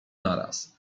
naraz